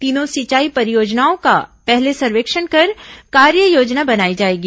तीनों सिंचाई परियोजनाओं का पहले सर्वेक्षण कर कार्ययोजना बनाई जाएगी